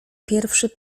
pierwszy